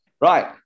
Right